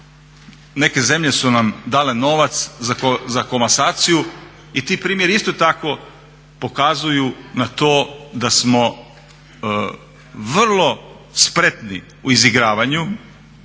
neke zemlje su nam dale novac za komasaciju i ti primjeri isto tako pokazuju na to da smo vrlo spretni u izigravanju